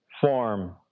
form